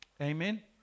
Amen